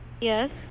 Yes